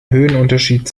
höhenunterschied